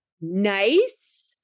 nice